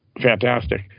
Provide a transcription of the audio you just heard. fantastic